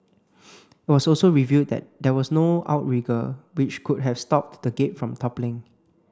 it was also revealed that there was no outrigger which could have stopped the gate from toppling